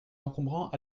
encombrants